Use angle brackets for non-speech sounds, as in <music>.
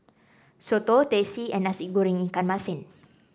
Soto Teh C and Nasi Goreng Ikan Masin <noise>